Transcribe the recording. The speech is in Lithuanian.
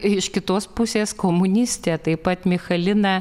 iš kitos pusės komunistė taip pat michalina